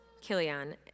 Kilian